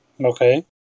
Okay